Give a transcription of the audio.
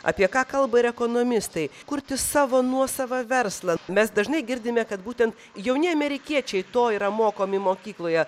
apie ką kalba ir ekonomistai kurti savo nuosavą verslą mes dažnai girdime kad būten jauni amerikiečiai to yra mokomi mokykloje